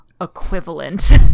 equivalent